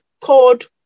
called